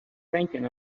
thinking